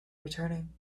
returning